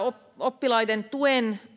oppilaiden tuen